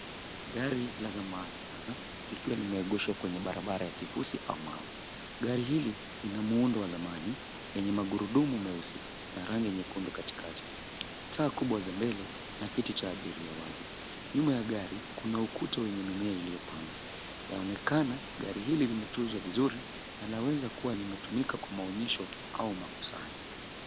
Gari la zamani sana likiwa limeegeshwa kwenye barabara ya kifusi au mawe. Gari hili lina muundo wa zamani lenye magurudumu meusi na rangi nyekundu katikati, taa kubwa za mbele na kiti cha abiria wazi. Nyuma ya gari, kuna ukuta wenye mimea iliyopandwa. Yaonekana, gari hili limetunzwa vizuri na laweza kuwa limetumika kwa maonyesho au makusanyo.